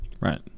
Right